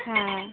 হ্যাঁ